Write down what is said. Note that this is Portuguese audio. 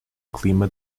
clima